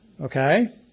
okay